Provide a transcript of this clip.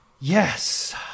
Yes